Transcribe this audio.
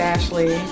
Ashley